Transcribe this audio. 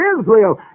Israel